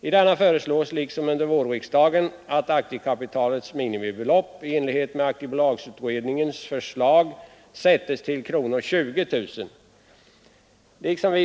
I denna föreslås, liksom det föreslogs under vårriksdagen, att aktiekapitalets minimibelopp i enlighet med aktiebolagsutredningens förslag sättes till 20000 kronor.